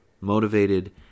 motivated